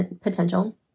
potential